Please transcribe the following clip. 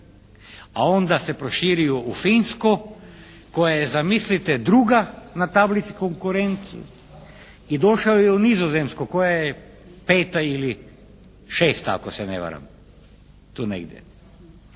a onda se proširio u Finsku koja je zamislite druga na tablici konkurentnosti je došao i u Nizozemsku koja je peta ili šesta ako se ne varam, tu negdje.